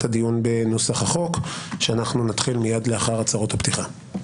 הדיון בנוסח החוק שנתחיל מייד לאחר הצהרות הפתיחה.